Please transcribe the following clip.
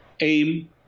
aim